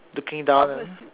looking down ah